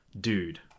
dude